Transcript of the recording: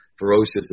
Ferocious